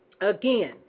Again